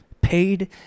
Paid